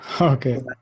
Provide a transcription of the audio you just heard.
Okay